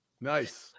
Nice